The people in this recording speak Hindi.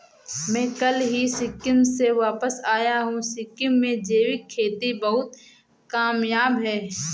मैं कल ही सिक्किम से वापस आया हूं सिक्किम में जैविक खेती बहुत कामयाब है